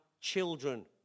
children